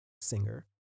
singer